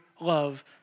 love